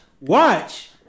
Watch